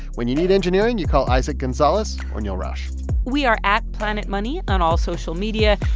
when you need engineering, you call isaac gonzalez or neil rush we are at planetmoney on all social media.